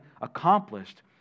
accomplished